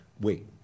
Wait